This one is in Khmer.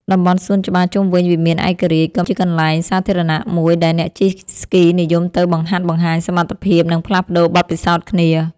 តំបន់សួនច្បារជុំវិញវិមានឯករាជ្យ ក៏ជាកន្លែងសាធារណៈមួយដែលអ្នកជិះស្គីនិយមទៅបង្ហាត់បង្ហាញសមត្ថភាព និងផ្លាស់ប្តូរបទពិសោធន៍គ្នា។